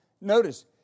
notice